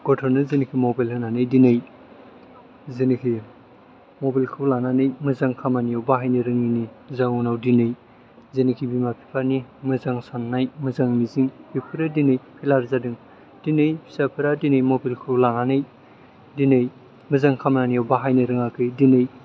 गथ'नो जिनेखि मबाइल होनानै दिनै जिनेखि मबाइल खौ लानानै मोजां खामानियाव बाहायनो रोङैनि जाउनाव दिनै जेनेखि बिमा बिफानि मोजां साननाय मोजां मिजिं बेफोरो दिनै फैलार जादों दिनै फिसाफ्रा दिनै मबाइल खौ लानानै दिनै मोजां खामानियाव बाहायनो रोङाखै दिनै